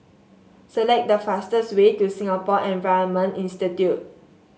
select the fastest way to Singapore Environment Institute